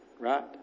Right